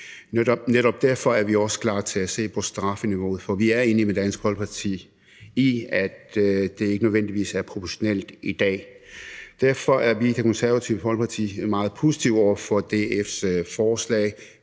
Netop derfor er vi også klar til at se på strafniveauet. Vi er enige med Dansk Folkeparti i, at det ikke nødvendigvis er proportionalt i dag. Derfor er vi i Det Konservative Folkeparti meget positive over for DF's forslag.